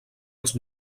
els